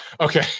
Okay